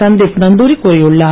சந்தீப் நந்தூரி கூறியுள்ளார்